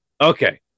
okay